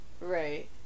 Right